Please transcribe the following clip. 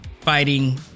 fighting